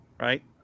right